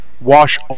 wash